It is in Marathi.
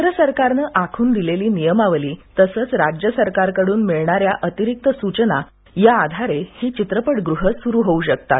केंद्र सरकारनं आखून दिलेली नियमावली तसंच राज्य सरकारकडून मिळणाऱ्या अतिरिक्त सूचना या आधारे ही चित्रपटगृह सुरू होऊ शकतात